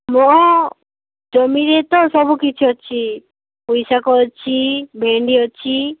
ମୋ ଜମିରେ ତ ସବୁ କିଛି ଅଛି ପୋଇ ଶାଗ ଅଛି ଭେଣ୍ଡି ଅଛି